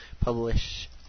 publish